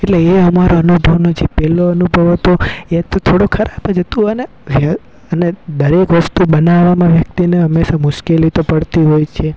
એટલે એ અમારો અનુભવનો જે પહેલો અનુભવ હતો એ તો થોડો ખરાબ જ હતો પણ અને દરેક વસ્તુ બનાવવામાં વ્યક્તિને હંમેશા મુશ્કેલી તો પડતી જ હોય છે